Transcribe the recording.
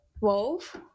wolf